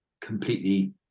completely